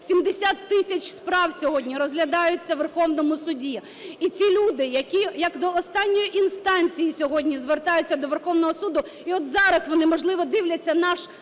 70 тисяч справ сьогодні розглядаються у Верховному Суді. І ці люди, які як до останньої інстанції сьогодні звертаються до Верховного Суду, і от зараз вони, можливо, дивляться наш